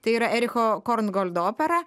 tai yra ericho korngoldo opera